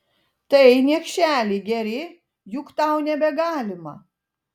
tai niekšeli geri juk tau nebegalima